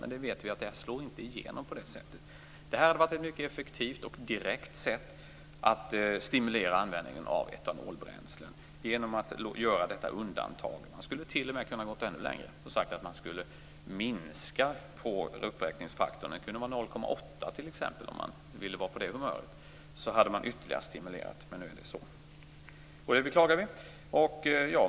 Men vi vet att det inte slår igenom på det sättet. Det hade varit ett mycket effektivt och direkt sätt att stimulera användningen av etanolbränsle genom att göra detta undantag. Man skulle t.o.m. ha kunnat gå ännu längre och sagt att man skulle minska uppräkningsfaktorn. Den kunde t.ex. vara 0,8, om man var på det humöret. Då hade man ytterligare stimulerat detta, men nu är det som det är. Jag beklagar det.